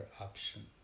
option